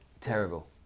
Terrible